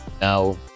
Now